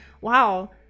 wow